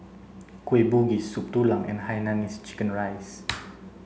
kueh bugis soup tulang and hainanese chicken rice